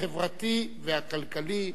החברתי והכלכלי.